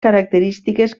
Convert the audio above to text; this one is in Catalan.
característiques